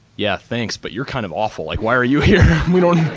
yeah, thanks. but you're kind of awful. like why are you here? we don't,